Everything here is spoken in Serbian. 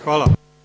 Hvala.